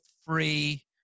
free